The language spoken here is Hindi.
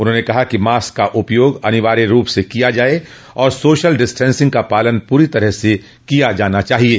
उन्होंने कहा कि मास्क का उपयोग अनिवार्य रूप से किया जाये और सोशल डिस्टेंसिंग का पालन पूरी तरह से किया जाना चाहिये